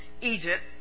Egypt